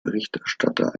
berichterstatter